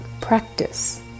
practice